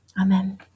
Amen